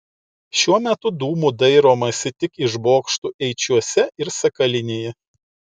šiuo metu dūmų dairomasi tik iš bokštų eičiuose ir sakalinėje